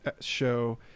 show